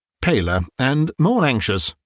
paler, and more anxious.